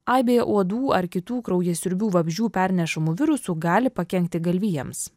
aibė uodų ar kitų kraujasiurbių vabzdžių pernešamų virusų gali pakenkti galvijams